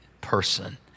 person